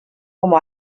como